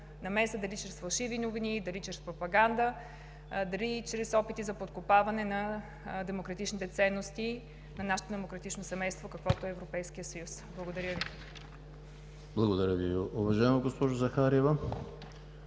дали чрез фалшиви новини, дали чрез пропаганда, дали чрез опити за подкопаване на демократичните ценности на нашето демократично семейство, каквото е Европейския съюз. Благодаря Ви. ПРЕДСЕДАТЕЛ ЕМИЛ ХРИСТОВ: Благодаря Ви, уважаема госпожо Захариева.